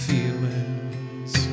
Feelings